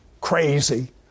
crazy